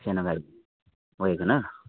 सानो गाडी वेगअनर